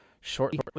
shortly